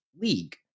league